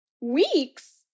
Weeks